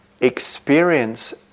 experience